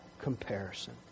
comparison